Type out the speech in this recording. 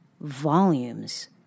volumes